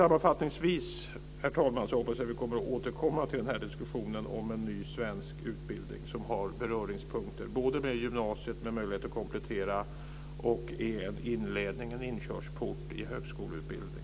Sammanfattningsvis hoppas jag att vi kommer att återkomma till denna diskussion om en ny svensk utbildning som har beröringspunkter med gymnasiet med möjlighet att komplettera och som är en inkörsport i högskoleutbildning.